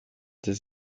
des